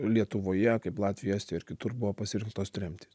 lietuvoje kaip latvijoj estijoj ir kitur buvo pasirinktos tremtys